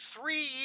three